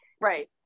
Right